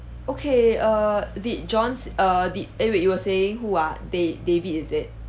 okay err did john s~ err did eh wait you were saying who ah da~ david is it